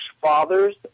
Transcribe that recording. fathers